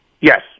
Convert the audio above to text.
Yes